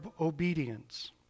obedience